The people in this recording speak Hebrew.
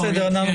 היו.